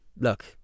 look